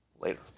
later